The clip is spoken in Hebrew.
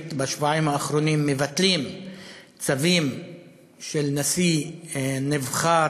בשבועיים האחרונים מבטלים צווים של נשיא נבחר